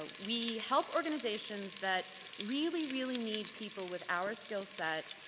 but we help organizations that really, really need people with our skillset,